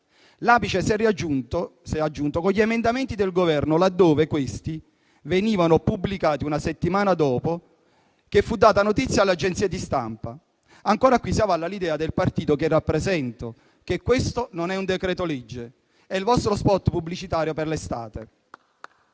l'apice si è raggiunto con gli emendamenti del Governo, laddove questi venivano pubblicati una settimana dopo che ne fu data notizia alle agenzie di stampa. Ancora, qui si avalla l'idea del partito che rappresento, vale a dire che questo non è un decreto-legge: è il vostro *spot* pubblicitario per l'estate.